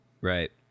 Right